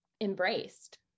embraced